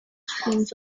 streams